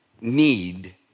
need